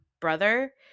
brother